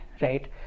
right